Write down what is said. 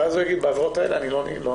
ואז הוא יגיד: בעבירות האלה אני לא נכנס.